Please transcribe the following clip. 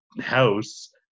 house